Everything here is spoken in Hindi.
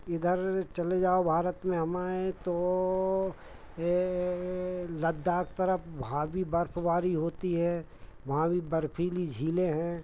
इधर चले जाओ भारत में हमाय तो यह लद्दाख़ के तरफ भावी बर्फबारी होती है वहाँ भी बर्फीली झीलें हैं